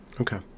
okay